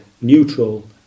neutral